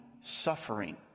suffering